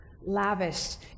Lavished